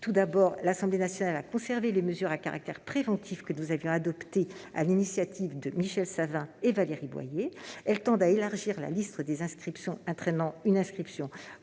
Tout d'abord, l'Assemblée nationale a conservé les mesures à caractère préventif que nous avions adoptées sur l'initiative de Michel Savin et de Valérie Boyer. Elles tendent à élargir la liste des infractions entraînant une inscription